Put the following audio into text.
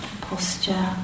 posture